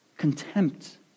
Contempt